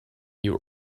your